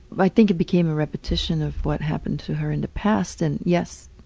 but i think it became a repetition of what happened to her in the past and, yes,